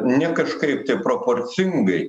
ne kažkaip proporcingai